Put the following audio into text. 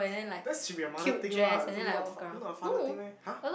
that should be a mother thing lah it's not far not a father thing meh !huh!